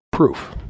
Proof